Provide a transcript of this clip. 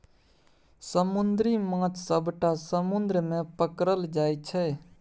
समुद्री माछ सबटा समुद्र मे पकरल जाइ छै